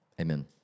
Amen